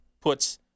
puts